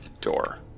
door